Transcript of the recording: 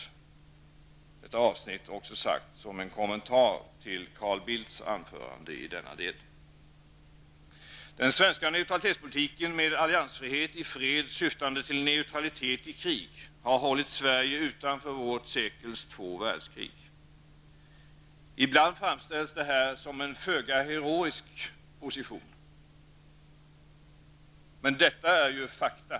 Detta säger jag som en kommentar till Den svenska neutralitetspolitiken, med alliansfrihet i fred syftande till neutralitet i krig, har hållit Sverige utanför vårt sekels två världskrig. Ibland framställs detta som en föga heroisk position, men det är ändå ett faktum.